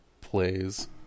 plays